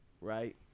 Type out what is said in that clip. right